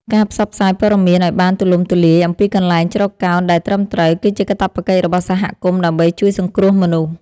ការផ្សព្វផ្សាយព័ត៌មានឱ្យបានទូលំទូលាយអំពីកន្លែងជ្រកកោនដែលត្រឹមត្រូវ គឺជាកាតព្វកិច្ចរបស់សហគមន៍ដើម្បីជួយសង្គ្រោះមនុស្ស។